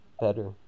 better